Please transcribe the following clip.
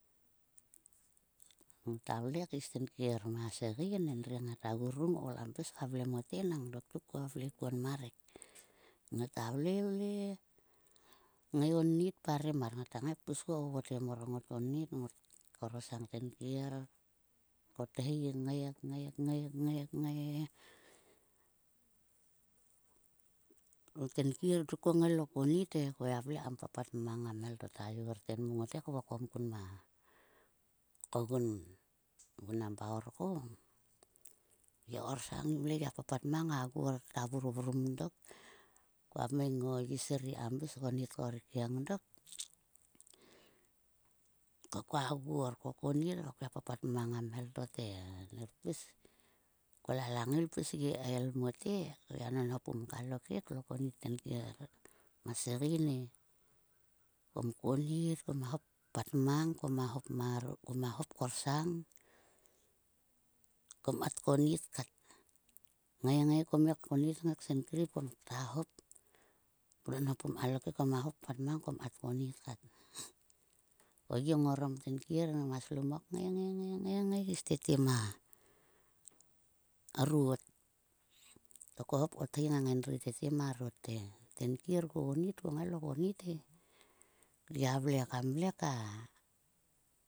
Ngota vle keis mang tenkier ma segein. Endri ngata grung kam pis ka vle mote nang doktuk koa vle kuon ma rek. Ngota vle, vle ngai onit parem mar. Ngata ngai pis kuon vovotgem mor ko ngot onit he. Ngot korosang tenkier kothi kngai ngai, ngai kngai ko tenkier ko ngai lo konit e. Ko gia vle kam papat mang a mhel to ta yor tenmo ngot ngai kvokom kun ma kogun ma vunabaur ko. Gi korsang gia papat mang a gor tgia vurvrum dok, koa meng o yis ri kam pis konit ko erkieng dok. Ko koa gor, ko konit ko gia papat mang a mhel to te ner pis kol a langail pis gi kael mote. Ko gia nonho pum kalo kek lo konit tenkier ma segein e. Kom konit koma hop kpat mang ko ma hop marot, koma hop korsang, kom kat konit kat. Kngai, ngai kom ngai konit ksenkrip kta hop nonho pum kalo kek, kum hop pat mang kom kat konit kat. Ko gi ngorom tenkier ma slomok ngai, ngai, ngai is tete marot. To ko hop kothi ngang endri tete marot te, tenkier ko onit, ko ngai lo onit e. Ko gia vle kam vle ka